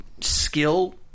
skill